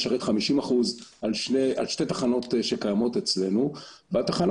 נשרת 50% על שתי תחנות שקיימות אצלנו והתחנה